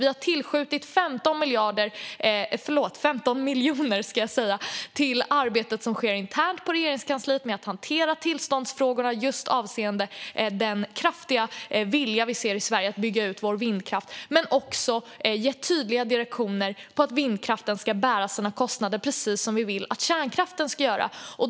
Vi har tillskjutit 15 miljoner till arbetet som sker internt på Regeringskansliet med att hantera tillståndsfrågorna just avseende den kraftiga vilja vi ser i Sverige att bygga ut vår vindkraft. Vi har också gett tydliga direktiv om att vindkraften ska bära sina kostnader, precis som vi vill att kärnkraften ska göra.